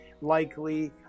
Likely